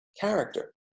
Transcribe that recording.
character